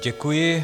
Děkuji.